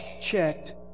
checked